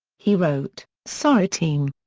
he wrote, sorry team.